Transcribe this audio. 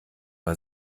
man